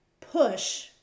push